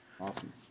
Awesome